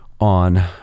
on